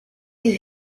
you